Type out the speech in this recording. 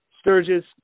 Sturgis